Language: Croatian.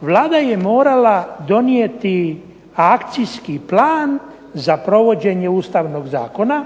Vlada je morala donijeti akcijski plan za provođenje Ustavnog zakona